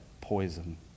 poison